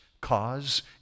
cause